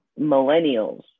millennials